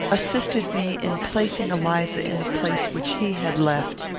assisted me in placing eliza in the place which he had left.